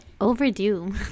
Overdue